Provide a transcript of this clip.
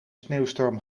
sneeuwstorm